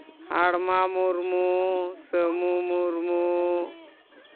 ᱟᱲᱢᱟ ᱢᱩᱨᱢᱩ ᱥᱟᱹᱢᱩ ᱢᱩᱨᱢᱩ